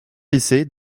lycées